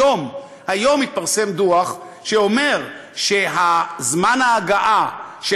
היום התפרסם דוח שאומר שזמן ההגעה של